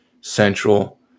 Central